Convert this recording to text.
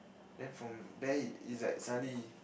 then from then it's like suddenly